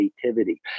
creativity